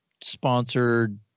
sponsored